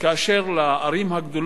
לערים הגדולות,